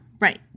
Right